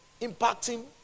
impacting